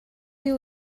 you